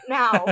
now